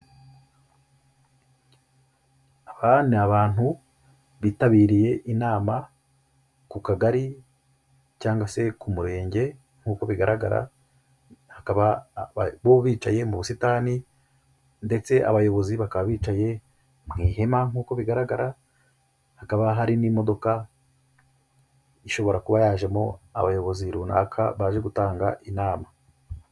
Aba ni abantu bitabiriye inama, ku kagari cyangwa se ku murenge nkuko bigaragara, hakaba bo bicaye mu busitani ndetse abayobozi bakaba bicaye mu ihema nk'uko bigaragara, hakaba hari n'imodoka ishobora kuba yajemo abayobozi runaka baje gutanga inama.